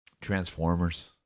Transformers